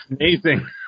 amazing